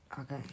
Okay